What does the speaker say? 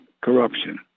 corruption